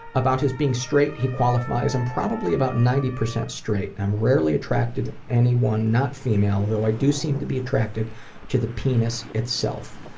about his being straight, he qualifies i'm probably about ninety percent straight. i'm rarely attracted to anyone not female, though i do seem to be attracted to the penis itself.